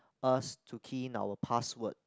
us to key in our password